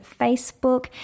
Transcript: facebook